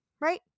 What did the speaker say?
right